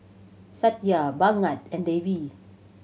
Satya Bhagat and Devi